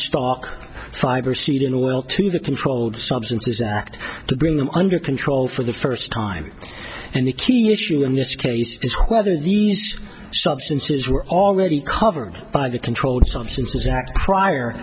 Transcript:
stock driver seat in oil to the controlled substances act to bring them under control for the first time and the key issue in this case is whether these substances were already covered by the controlled substances act prior